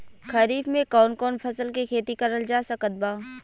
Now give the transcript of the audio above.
खरीफ मे कौन कौन फसल के खेती करल जा सकत बा?